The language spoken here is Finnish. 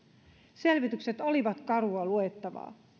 selvitykset olivat karua luettavaa